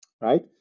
Right